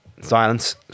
Silence